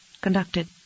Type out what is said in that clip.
conducted